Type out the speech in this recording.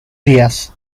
días